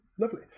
Lovely